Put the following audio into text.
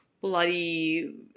bloody